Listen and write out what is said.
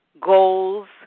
goals